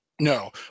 No